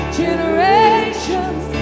generations